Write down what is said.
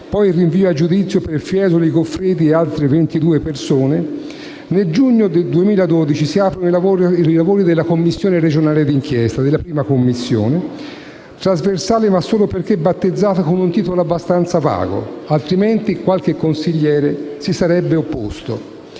il rinvio a giudizio per Fiesoli, Goffredi e altre 22 persone. Nel giugno 2012 si aprono i lavori della Commissione d'inchiesta regionale, trasversale ma solo perché battezzata con un titolo abbastanza vago, altrimenti qualche consigliere di sinistra si sarebbe opposto.